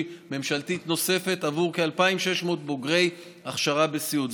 ממשלתית נוספת עבור כ-2,600 בוגרי הכשרה בסיעוד.